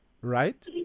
right